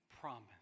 promise